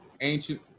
ancient